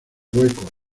huecos